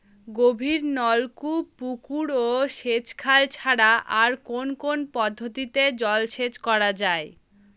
গভীরনলকূপ পুকুর ও সেচখাল ছাড়া আর কোন কোন পদ্ধতিতে জলসেচ করা যায়?